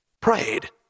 Prayed